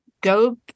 go